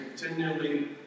continually